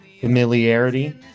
familiarity